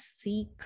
seek